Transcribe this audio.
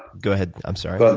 go ahead, i'm sorry. but